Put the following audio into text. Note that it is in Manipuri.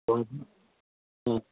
ꯋꯥꯡꯖꯤꯡ ꯎꯝ